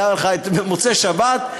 במוצאי שבת,